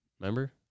Remember